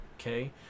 Okay